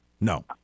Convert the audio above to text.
No